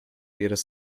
ihres